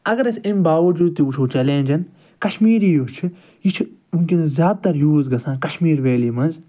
اَگر أسۍ أمۍ باوُجوٗد تہِ وُچھَو چَلینجَن کشمیٖری یُس چھِ یہِ چھِ ؤنکیٚنَس زیادٕ تَر یوٗز گژھان کَشمیٖر وٮ۪لی منٛز